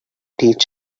teach